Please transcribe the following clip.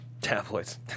Tabloids